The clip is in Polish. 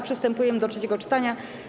Przystępujemy do trzeciego czytania.